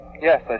Yes